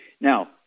Now